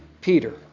Peter